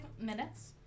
minutes